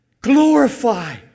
Glorify